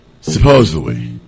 Supposedly